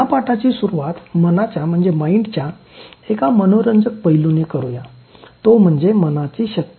या पाठाची सुरूवात मनाच्या एका मनोरंजक पैलूने करूया तो म्हणजे मनाची शक्ती